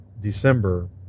December